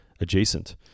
adjacent